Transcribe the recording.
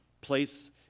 place